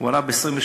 הוא עלה ב-28%,